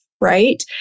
right